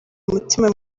umutima